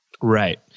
Right